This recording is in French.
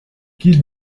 qu’il